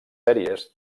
sèries